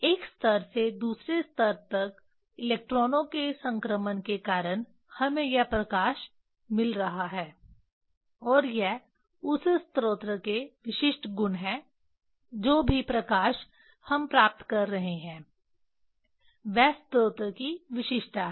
एक स्तर से दूसरे स्तर तक इलेक्ट्रॉनों के संक्रमण के कारण हमें यह प्रकाश मिल रहा है और यह उस स्रोत के विशिष्ट गुण हैं जो भी प्रकाश हम प्राप्त कर रहे हैं वह स्रोत की विशिष्टता है